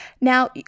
Now